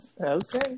Okay